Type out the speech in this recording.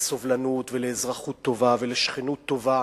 לסובלנות ולאזרחות טובה ולשכנות טובה.